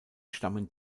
stammen